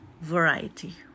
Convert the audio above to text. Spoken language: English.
variety